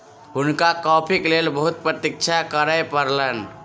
हुनका कॉफ़ीक लेल बहुत प्रतीक्षा करअ पड़लैन